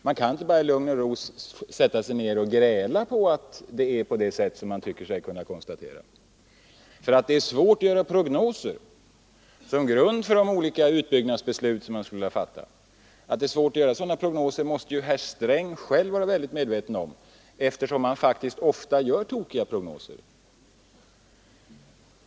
Man kan inte bara i lugn och ro sätta sig ner och gräla över att det förhåller sig på det sätt som man tycker sig kunna konstatera. Att det är svårt att göra prognoser som kan ligga till grund för de olika utbyggnadsbeslut som man skulle vilja fatta måste ju herr Sträng själv vara medveten om, eftersom han faktiskt ofta gör tokiga prognoser.